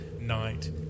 night